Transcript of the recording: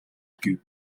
гэв